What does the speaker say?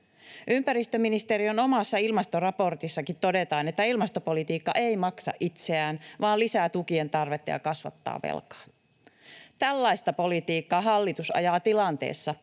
Ympäristöministeriön omassa ilmastoraportissakin todetaan, että ilmastopolitiikka ei maksa itseään, vaan lisää tukien tarvetta ja kasvattaa velkaa. Tällaista politiikkaa hallitus ajaa tilanteessa,